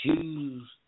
choose